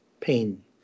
pain